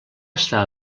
estar